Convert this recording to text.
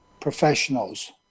professionals